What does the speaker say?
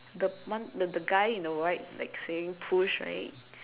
the one the the guy in the white like saying push right